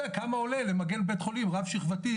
כמה עולה למגן בית חולים רב שכבתית,